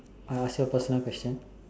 I ask you a personal question